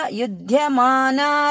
yudhyamana